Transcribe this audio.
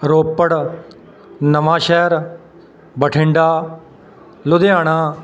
Ropar Nawanshahr Bathinda Ludhiana